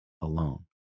alone